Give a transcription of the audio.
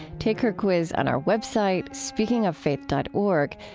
take her quiz on our web site, speakingoffaith dot org,